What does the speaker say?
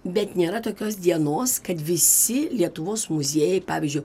bet nėra tokios dienos kad visi lietuvos muziejai pavyzdžiui